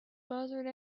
buzzard